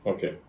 Okay